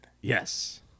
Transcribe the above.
Yes